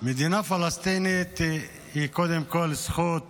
מדינה פלסטינית היא קודם כול זכות